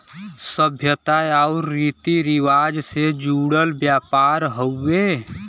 सभ्यता आउर रीती रिवाज से जुड़ल व्यापार हउवे